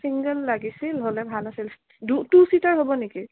single লাগিছিল হ'লে ভাল আছিল দু টু ছিটাৰ হ'ব নেকি